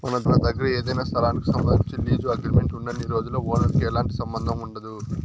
మన దగ్గర ఏదైనా స్థలానికి సంబంధించి లీజు అగ్రిమెంట్ ఉన్నన్ని రోజులు ఓనర్ కి ఎలాంటి సంబంధం ఉండదు